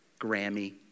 Grammy